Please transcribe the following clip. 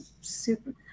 super